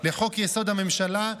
לחוק-יסוד: הממשלה,